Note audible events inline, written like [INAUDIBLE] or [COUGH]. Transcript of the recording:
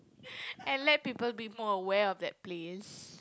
[BREATH] and let people be more aware of that place